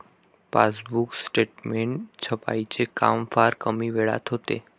passbook statement छपाईचे काम फार कमी वेळात होते